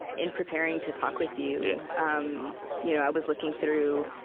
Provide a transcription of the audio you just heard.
in preparing to talk with you, um you know i was looking through